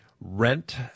rent